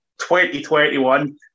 2021